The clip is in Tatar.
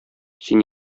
син